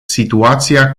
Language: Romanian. situația